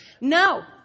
No